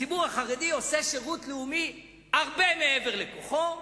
הציבור החרדי עושה שירות לאומי הרבה מעבר לכוחו.